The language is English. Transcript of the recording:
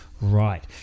Right